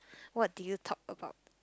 what did you talk about